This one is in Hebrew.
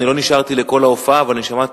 אני לא נשארתי לכל ההופעה אבל אני שמעתי